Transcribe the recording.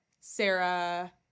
Sarah